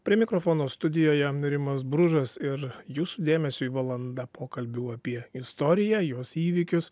prie mikrofono studijoje rimas bružas ir jūsų dėmesiui valanda pokalbių apie istoriją jos įvykius